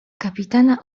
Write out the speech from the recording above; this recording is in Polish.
kapitana